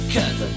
Cause